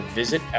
visit